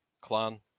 clan